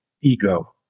ego